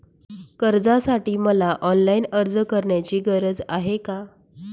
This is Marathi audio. कर्जासाठी मला ऑनलाईन अर्ज करण्याची गरज आहे का?